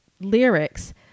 lyrics